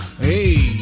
Hey